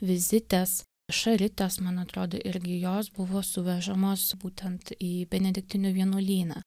vizitės šaritės man atrodo irgi jos buvo suvežamos būtent į benediktinių vienuolyną